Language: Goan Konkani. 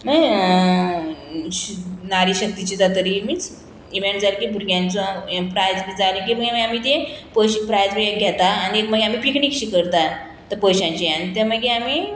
नारी शक्तीचे जातरी मिन्स इवेंट जाले की भुरग्यांचो प्रायज बी जाले की आमी ते पयशे प्रायज बी घेता आनी मागीर आमी पिकनीक शिकता ते पयशांचे आनी ते मागीर आमी